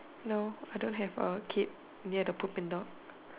no I don't have a kid near the poop and dog